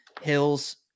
hills